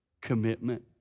Commitment